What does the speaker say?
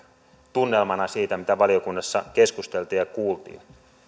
tunnelmana siitä mitä valiokunnassa keskusteltiin ja kuultiin